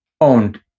owned